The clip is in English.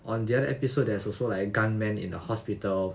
on the other episode there's also like gunmen in the hospital